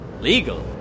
Legal